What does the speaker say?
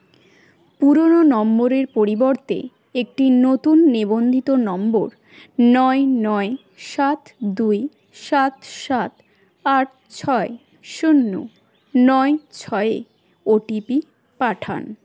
পুরনো নম্বরের পরিবর্তে একটি নতুন নিবন্ধিত নম্বর নয় নয় সাত দুই সাত সাত আট ছয় শূন্য নয় ছয়ে ও টি পি পাঠান